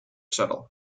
shuttle